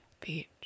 beach